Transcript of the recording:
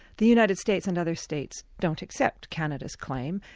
the united states and other states don't accept canada's claim,